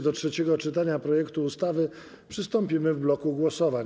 Do trzeciego czytania projektu ustawy przystąpimy w bloku głosowań.